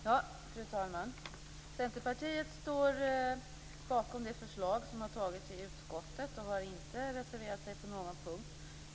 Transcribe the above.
Fru talman! Centerpartiet står bakom det förslag som har antagits i utskottet och har inte reserverat sig på någon punkt.